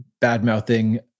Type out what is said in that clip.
bad-mouthing